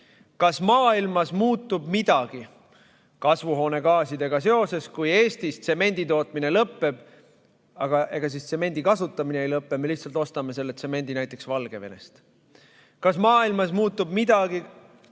Kas maailmas muutub midagi kasvuhoonegaasidega seoses, kui Eestis tsemendi tootmine lõpeb? Aga ega siis tsemendi kasutamine ei lõpe, me lihtsalt ostame selle tsemendi näiteks Valgevenest. Kas maailmas muutub midagi kliimaga või